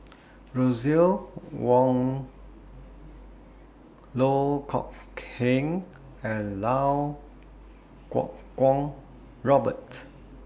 Russel Wong Loh Kok Heng and Iau Kuo Kwong Robert